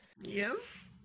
Yes